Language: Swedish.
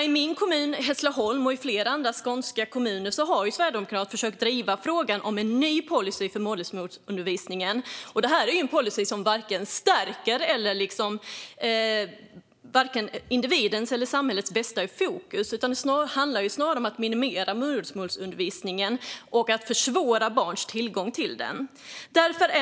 I min hemkommun Hässleholm och i flera andra skånska kommuner har Sverigedemokraterna försökt att driva frågan om en ny policy för modersmålsundervisningen. Det är en policy som inte vare sig stärker individen eller har samhällets bästa i fokus. Det handlar snarare om att minimera modersmålsundervisningen och att försvåra barns tillgång till den.